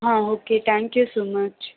ಹಾಂ okay thank you so much